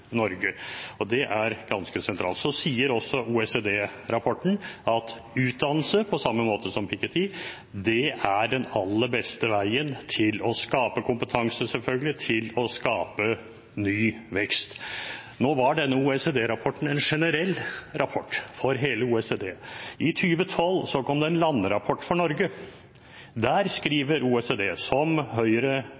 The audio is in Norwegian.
og for økonomi i Norge. Det er ganske sentralt. Så sier også OECD-rapporten, på samme måte som Piketty, at utdannelse er den aller beste veien til å skape kompetanse, selvfølgelig, og til å skape ny vekst. Nå var denne OECD-rapporten en generell rapport for hele OECD-området. I 2012 kom det en landrapport for Norge. Der